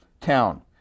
town